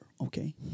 okay